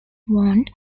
want